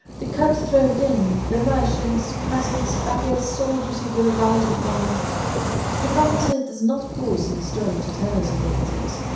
the cut-throat inn, the merchants, peasants, beggars, soldiers who go riding by the writer does not pause in his story to tell us of all this,